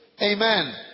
Amen